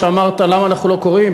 שאמרת למה אנחנו לא קוראים,